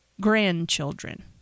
grandchildren